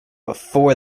before